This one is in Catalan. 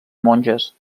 monges